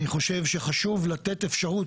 אני חושב שחשוב לתת אפשרות,